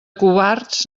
covards